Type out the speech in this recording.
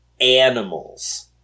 animals